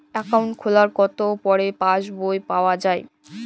Account খোলার কতো পরে পাস বই পাওয়া য়ায়?